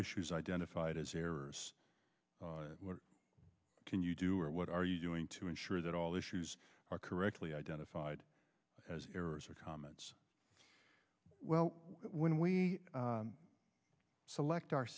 issues identified as errors can you do or what are you doing to ensure that all issues are correctly identified as errors or comments well when we select our